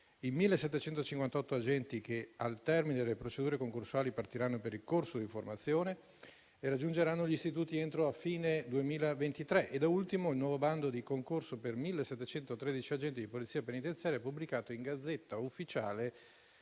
i 1.758 agenti che, al termine delle procedure concorsuali, partiranno per il corso di formazione e raggiungeranno gli istituti entro fine 2023. Da ultimo, vi è il nuovo bando di concorso per 1.713 agenti di Polizia penitenziaria, pubblicato in *Gazzetta Ufficiale*